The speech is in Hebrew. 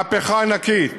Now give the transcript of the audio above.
מהפכה ענקית,